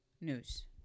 news